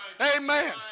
Amen